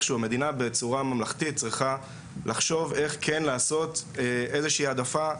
המדינה איכשהו בצורה ממלכתית צריכה לחשוב איך כן לעשות איזושהי העדפה,